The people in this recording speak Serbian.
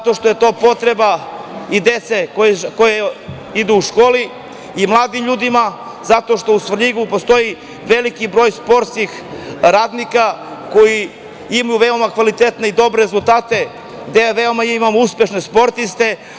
To je potreba i dece koja idu u školu i mladih ljudi, zato što u Svrljigu postoji veliki broj sportskih radnika koji imaju veoma kvalitetne i dobre rezultate, gde veoma imamo uspešne sportiste.